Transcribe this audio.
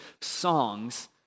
songs